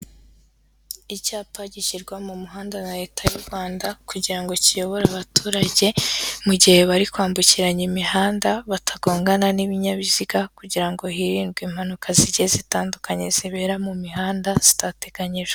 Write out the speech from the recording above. Icyapa gishyirwa mu muhanda na leta y'u Rwanda kugira ngo kiyobore abaturage mu gihe bari kwambukiranya imihanda batagongana n'ibinyabiziga kugira ngo hirindwe impanuka zigiye zitandukanye zibera mu mihanda zitateganyijwe.